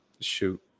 shoot